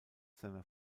seiner